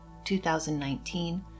2019